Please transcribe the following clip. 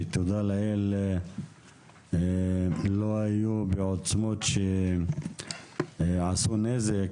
שתודה לאל לא היו בעוצמות שעשו נזק.